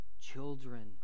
children